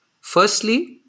Firstly